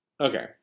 Okay